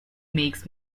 makes